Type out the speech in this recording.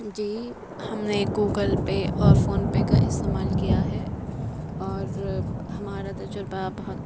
جی ہم نے Google Pay اور فونپے کا استعمال کیا ہے اور ہمارا تجربہ بہت